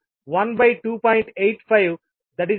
850